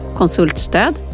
konsultstöd